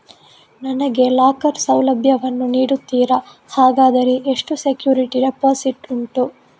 ನನಗೆ ಲಾಕರ್ ಸೌಲಭ್ಯ ವನ್ನು ನೀಡುತ್ತೀರಾ, ಹಾಗಾದರೆ ಎಷ್ಟು ಸೆಕ್ಯೂರಿಟಿ ಡೆಪೋಸಿಟ್ ಉಂಟು?